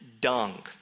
dung